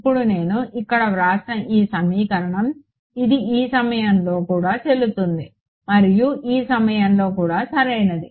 ఇప్పుడు నేను ఇక్కడ వ్రాసిన ఈ సమీకరణం ఇది ఈ సమయంలో కూడా చెల్లుతుంది మరియు ఈ సమయంలో కూడా సరైనది